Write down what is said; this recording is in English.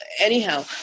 Anyhow